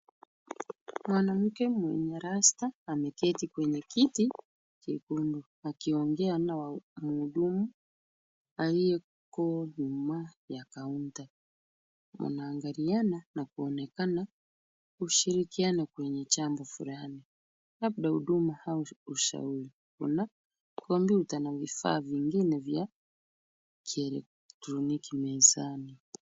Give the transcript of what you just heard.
Mwanamke mwenye rasta ameketi kwenye kiti chekundu, akiongea na mhudumu aliyeko nyuma ya kaunta. Wanaangaliana na kuonekana kushiriakana kwenye jambo fulani, labda huduma au ushauri. Kuna kompyuta na vifaa vingine vya kielektroniki mezani.